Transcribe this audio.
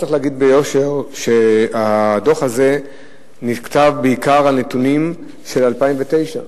צריך להגיד ביושר שהדוח הזה נכתב בעיקר על נתונים של 2009,